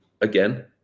again